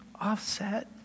offset